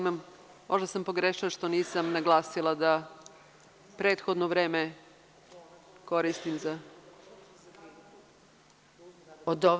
Možda sam pogrešila što nisam naglasila da prethodno vreme koristim za…